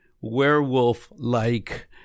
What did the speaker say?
werewolf-like